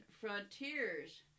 frontiers